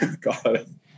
God